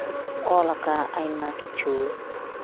ᱚᱞ ᱟᱠᱟᱫ ᱟᱭᱢᱟ ᱠᱤᱪᱷᱩ